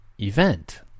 event